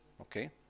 okay